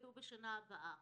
ילמדו בשנה הבאה.